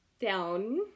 down